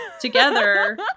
together